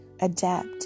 adapt